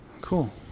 cool